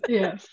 Yes